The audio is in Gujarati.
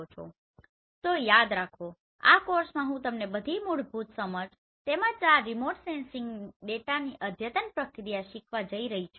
તો અહીં યાદ રાખો આ કોર્સમાં હું તમને બધી મૂળભૂત સમજ તેમજ આ રીમોટ સેન્સિંગ ડેટાની અદ્યતન પ્રક્રિયા શીખવવા જઇ રહ્યો છું